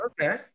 Okay